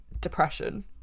depression